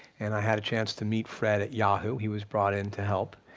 and i had a chance to meet fred at yahoo, he was brought in to help,